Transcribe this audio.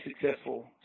successful